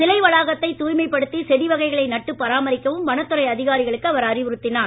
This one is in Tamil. சிலை வளாகத்தை தூய்மை படுத்தி செடி வகைகளை நட்டு பராமரிக்கவும் வனத்துறை அதிகாரிகளுக்கு அவர் அறிவுறுத்தினார்